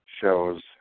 shows